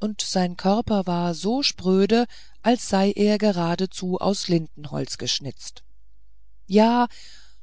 und sein körper war so spröde als sei er geradezu aus lindenholz geschnitzt ja